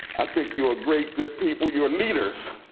i think you're great, good people, you're leaders,